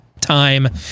time